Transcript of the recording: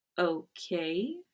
Okay